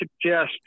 suggest